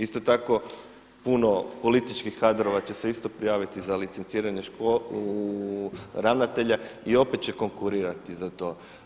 Isto tako puno političkih kadrova će se isto prijaviti za licenciranje ravnatelja i opet će konkurirati za to.